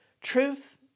Truth